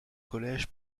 collège